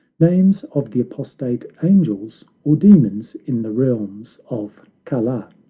names of the apostate angels, or demons in the realms of kala.